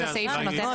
נותן מענה בדיוק.